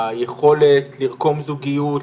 היכולת לרקום זוגיות,